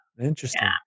interesting